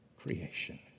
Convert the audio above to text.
creation